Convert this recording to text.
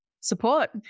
support